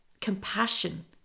compassion